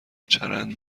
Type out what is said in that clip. چرند